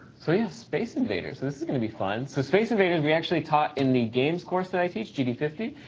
so yeah, space invaders! and this is going to be fun. so, space invaders we actually taught in the games course that i teach, g d five